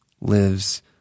lives